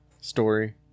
story